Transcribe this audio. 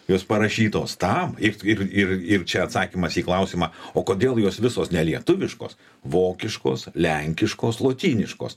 jos parašytos tam ir ir ir ir čia atsakymas į klausimą o kodėl jos visos nelietuviškos vokiškos lenkiškos lotyniškos